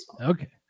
Okay